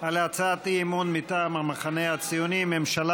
על הצעת האי-אמון מטעם המחנה הציוני: ממשלה